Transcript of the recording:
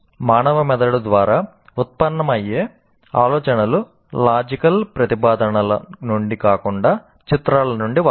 మానవ మెదడు ద్వారా ఉత్పన్నమయ్యే ఆలోచనలు లాజికల్ ప్రతిపాదనల నుండి కాకుండా చిత్రాల నుండి వస్తాయి